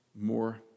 more